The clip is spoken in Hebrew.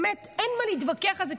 באמת אין מה להתווכח על זה,